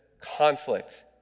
conflict